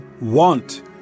want